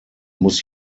muss